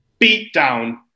beatdown